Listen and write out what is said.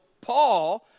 Paul